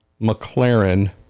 McLaren